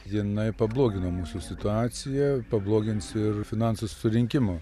jinai pablogino mūsų situaciją pablogins ir finansų surinkimą